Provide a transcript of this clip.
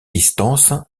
distance